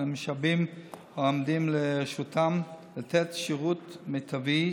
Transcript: ומשאבים העומדים לרשותם לתת שירות מיטבי.